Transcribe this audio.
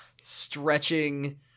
stretching